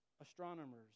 astronomers